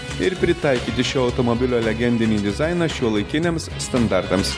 ir pritaikyti šio automobilio legendinį dizainą šiuolaikiniams standartams